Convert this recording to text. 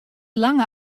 lange